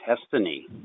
destiny